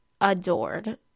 adored